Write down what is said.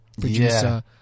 Producer